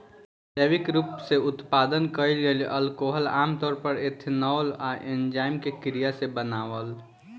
जैविक रूप से उत्पादन कईल गईल अल्कोहल आमतौर पर एथनॉल आ एन्जाइम के क्रिया से बनावल